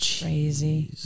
Crazy